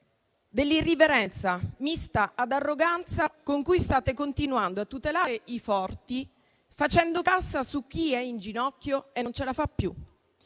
dell'irriverenza mista ad arroganza con cui state continuando a tutelare i forti, facendo cassa su chi è in ginocchio e non ce la fa più.